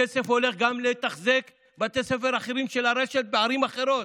הכסף הולך גם לתחזק בתי ספר אחרים של הרשת בערים אחרות,